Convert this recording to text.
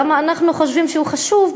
למה אנחנו חושבים שהוא חשוב?